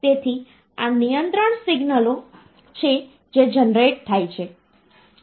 તેથી આ નિયંત્રણ સિગ્નલો છે જે જનરેટ થાય છે